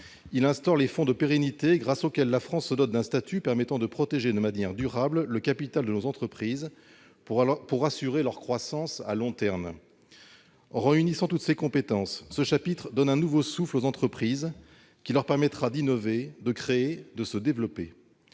il instaure le fonds de pérennité, grâce auquel la France se dote d'un statut permettant de protéger de manière durable le capital de nos entreprises, pour assurer leur croissance à long terme. En réunissant toutes ces compétences, ce chapitre donne un nouveau souffle aux entreprises, ce qui leur permettra d'innover, de créer et de se développer.